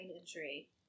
injury